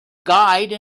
guide